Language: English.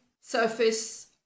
surface